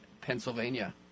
Pennsylvania